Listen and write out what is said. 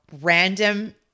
random